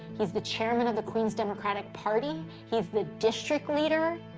he's the chairman of the queens democratic party, he's the district leader.